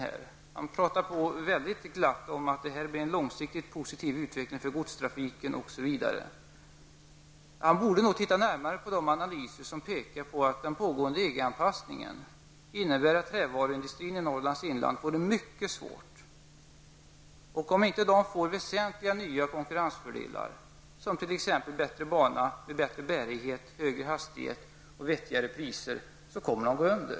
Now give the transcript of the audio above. Han pratade på väldigt glatt om att det kommer att bli en långsiktigt positiv utveckling för godstrafiken. Han borde nog närmare studera de analyser som pekar på att den pågående EG-anpassningen innebär att trävaruindustrin i Norrlands inland får det mycket svårt. Om inte denna industri får väsentliga nya konkurrensfördelar, som t.ex. bättre bana med bättre bärighet, högre hastighet och vettigare priser, kommer den att gå under.